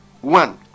one